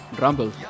rumble